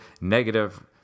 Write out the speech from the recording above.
negative